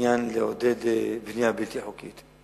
עניין לעודד בנייה בלתי חוקית.